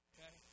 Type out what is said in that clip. Okay